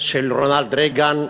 של רונלד רייגן,